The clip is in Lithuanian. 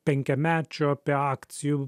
penkiamečio apie akcijų